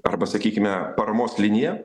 arba sakykime paramos liniją